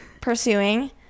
pursuing